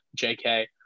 JK